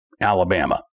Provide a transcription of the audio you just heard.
Alabama